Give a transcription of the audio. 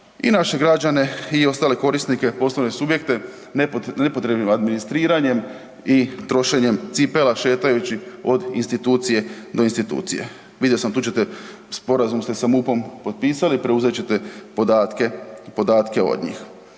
i naše građeni i ostale korisnike, poslovne subjekte nepotrebnim administriranjem i trošenjem cipela šetajući od institucije do institucije. Vidio sam, tu ćete, sporazum ste sa MUP-om potpisali, preuzet ćete podatke od njih.